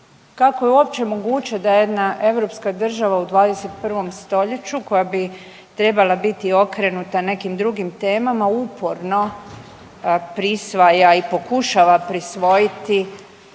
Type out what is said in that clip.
kako je uopće moguće da jedna europska država u 21. st. koja bi trebala biti okrenuta nekim drugim temama, uporno prisvaja i pokušava prisvojiti